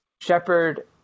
Shepard